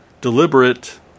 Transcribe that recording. deliberate